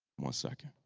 one second.